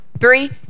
three